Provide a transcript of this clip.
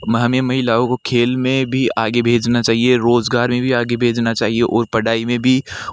हमें महिलाओं को खेल में भी आगे भेजना चाहिए रोज़गार में भी आगे भेजना चाहिए और पढ़ाई में भी